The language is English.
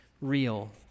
real